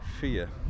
fear